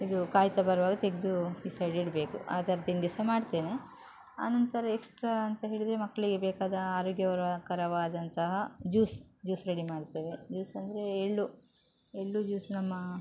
ಇದು ಕಾಯ್ತಾ ಬರುವಾಗ ತೆಗೆದು ಈ ಸೈಡ್ ಇಡಬೇಕು ಆ ಥರ ತಿಂಡಿ ಸಹ ಮಾಡ್ತೇನೆ ಆನಂತರ ಎಕ್ಶ್ಟ್ರಾ ಅಂತ ಹೇಳಿದರೆ ಮಕ್ಕಳಿಗೆ ಬೇಕಾದ ಆರೋಗ್ಯವರ ಕರವಾದಂತಹ ಜ್ಯೂಸ್ ಜ್ಯೂಸ್ ರೆಡಿ ಮಾಡ್ತೇವೆ ಜ್ಯೂಸ್ ಅಂದರೆ ಎಳ್ಳು ಎಳ್ಳು ಜ್ಯೂಸ್ ನಮ್ಮ